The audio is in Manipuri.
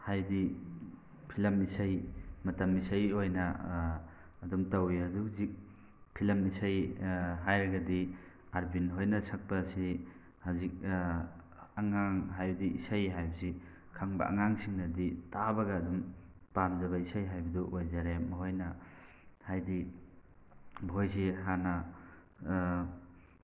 ꯍꯥꯏꯗꯤ ꯐꯤꯂꯝ ꯏꯁꯩ ꯃꯇꯝ ꯏꯁꯩ ꯑꯣꯏꯅ ꯑꯗꯨꯝ ꯇꯧꯋꯤ ꯑꯗꯣ ꯍꯧꯖꯤꯛ ꯐꯤꯂꯝ ꯏꯁꯩ ꯍꯥꯏꯔꯒꯗꯤ ꯑꯥꯔꯕꯤꯟ ꯍꯣꯏꯅ ꯁꯛꯄꯁꯤ ꯍꯧꯖꯤꯛ ꯑꯉꯥꯡ ꯍꯥꯏꯗꯤ ꯏꯁꯩ ꯍꯥꯏꯕꯁꯤ ꯈꯪꯕ ꯑꯉꯥꯡꯁꯤꯡꯅꯗꯤ ꯇꯥꯕꯒ ꯑꯗꯨꯝ ꯄꯥꯝꯖꯕ ꯏꯁꯩ ꯍꯥꯏꯕꯗꯨ ꯑꯣꯏꯖꯔꯦ ꯃꯈꯣꯏꯅ ꯍꯥꯏꯗꯤ ꯃꯈꯣꯏꯁꯤ ꯍꯥꯟꯅ